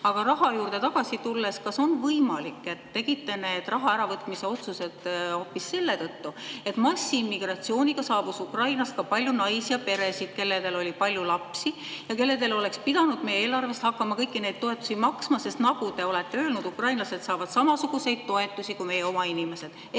Aga raha juurde tagasi tulles, kas on võimalik, et tegite need raha äravõtmise otsused hoopis selle tõttu, et massiimmigratsiooniga saabus Ukrainast ka palju naisi ja peresid, kellel oli palju lapsi, kellele oleks pidanud meie eelarvest hakkama kõiki neid toetusi maksma, sest nagu te olete öelnud, ukrainlased saavad samasuguseid toetusi kui meie oma inimesed?